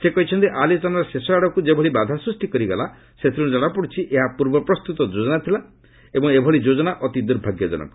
ସେ କହିଛନ୍ତି ଆଲୋଚନାର ଶେଷ ଆଡ଼କ୍ ଯେଭଳି ବାଧା ସୃଷ୍ଟି କରାଗଲା ସେଥିର୍ ଜଣାପଡୁଛି ଏହା ପୂର୍ବ ପ୍ରସ୍ତୁତ ଯୋଜନା ଥିଲା ଏବଂ ଏଭଳି ଯୋଜନା ଅତି ଦୁର୍ଭାଗ୍ୟ ଜନକ